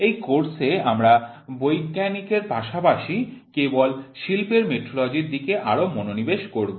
এই কোর্সে আমরা বৈজ্ঞানিকের পাশাপাশি কেবল শিল্পের মেট্রোলজির দিকে আরও মনোনিবেশ করব